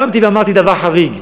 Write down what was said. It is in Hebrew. קמתי ואמרתי דבר חריג,